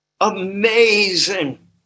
amazing